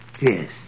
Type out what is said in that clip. Yes